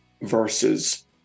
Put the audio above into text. versus